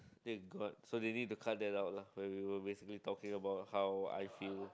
thank god so they need to cut that out lah when we were basically talking about how I feel